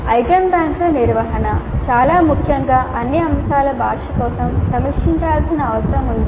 item బ్యాంకుల నిర్వహణ చాలా ముఖ్యంగా అన్ని అంశాలు భాష కోసం సమీక్షించాల్సిన అవసరం ఉంది